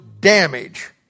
damage